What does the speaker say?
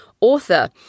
author